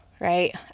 right